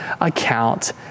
account